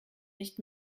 nicht